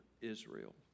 Israel